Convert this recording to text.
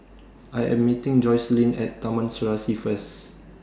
I Am meeting Joycelyn At Taman Serasi First